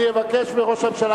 אני אבקש מראש הממשלה,